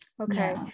Okay